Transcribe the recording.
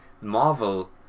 Marvel